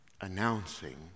announcing